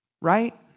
right